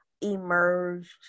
emerged